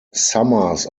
summers